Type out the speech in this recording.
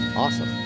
Awesome